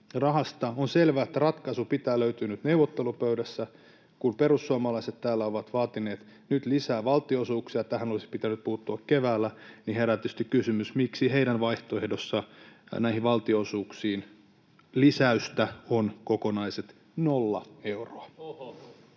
rahasta: On selvä, että ratkaisun pitää löytyä nyt neuvottelupöydässä. Kun perussuomalaiset täällä ovat vaatineet nyt lisää valtionosuuksia ja että tähän olisi pitänyt puuttua keväällä, niin herää tietysti kysymys: miksi heidän vaihtoehdossaan näihin valtionosuuksiin lisäystä on kokonaiset nolla euroa?